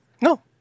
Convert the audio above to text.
No